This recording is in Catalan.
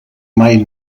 mai